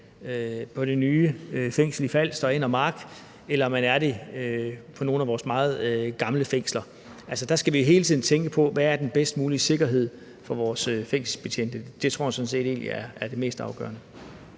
i det nye fængsel på Falster, Enner Mark Fængsel, eller om man er det i nogle af vores meget gamle fængsler. Der skal vi hele tiden tænke på, hvad der er den bedst mulige sikkerhed for vores fængselsbetjente – det tror jeg sådan set egentlig er det mest afgørende.